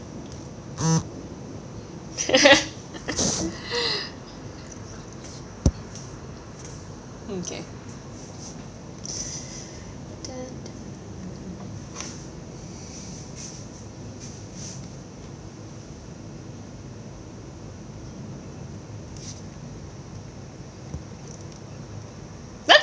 okay